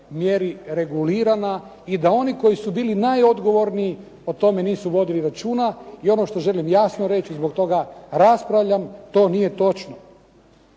mjeri regulirana i da oni koji su bili najodgovorniji o tome nisu vodili računa i ono što želim jasno reći, zbog toga raspravljam, to nije točno.